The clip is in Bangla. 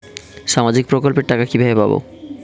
সামাজিক প্রকল্পের টাকা কিভাবে পাব?